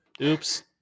Oops